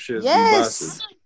Yes